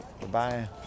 Goodbye